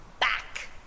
back